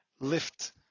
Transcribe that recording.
lift